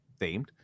themed